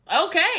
okay